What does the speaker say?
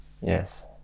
Yes